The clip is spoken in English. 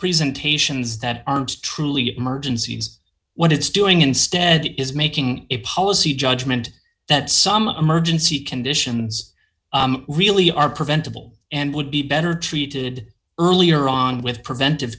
presentations that aren't truly emergencies what it's doing instead is making a policy judgment that some emergency conditions really are preventable and would be better treated earlier on with preventive